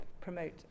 promote